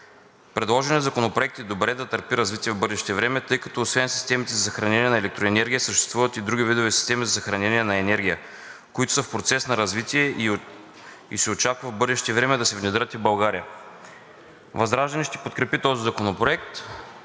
Предложеният Законопроект е добре да търпи развитие в бъдеще време, тъй като освен системите за съхранение на електроенергия съществуват и други видове системи за съхранение на енергия, които са в процес на развитие и се очаква в бъдеще време да се внедрят и в България. ВЪЗРАЖДАНЕ ще подкрепи този законопроект